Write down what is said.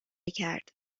کرد